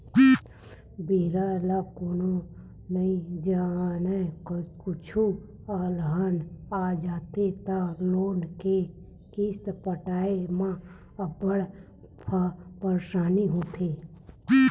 बेरा ल कोनो नइ जानय, कुछु अलहन आ जाथे त लोन के किस्त पटाए म अब्बड़ परसानी होथे